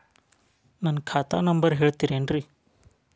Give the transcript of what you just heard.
ನನ್ನ ಖಾತಾ ನಂಬರ್ ಹೇಳ್ತಿರೇನ್ರಿ?